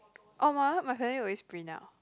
orh my one my family always print out